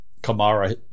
Kamara